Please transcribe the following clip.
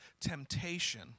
temptation